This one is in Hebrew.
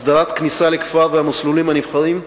הסדרת הכניסה לכפר ומסלולים נבחרים,